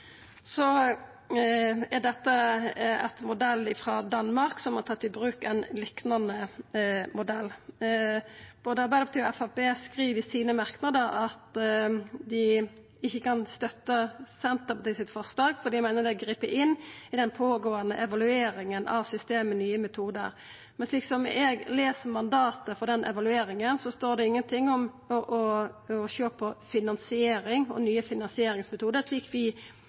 er etter modell frå Danmark, som har tatt i bruk ein liknande modell. Både Arbeidarpartiet og Framstegspartiet skriv i merknadene sine at dei ikkje kan støtta Senterpartiet sitt forslag fordi dei meiner det grip inn i den pågåande evalueringa av systemet Nye metodar. Slik eg les mandatet for den evalueringa, står det ingenting om å sjå på finansiering og nye finansieringsmetodar, slik vi